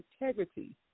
integrity